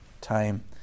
time